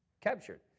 captured